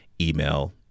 email